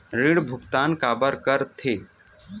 ऋण भुक्तान काबर कर थे?